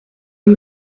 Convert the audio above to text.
and